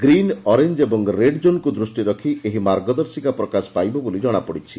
green orange ଏବଂ red ଜୋନକୁ ଦୂଷିରେ ରଖ୍ ଏହି ମାର୍ଗଦର୍ଶିକା ପ୍ରକାଶ ପାଇବ ବୋଲି ଜଶାପଡିଛି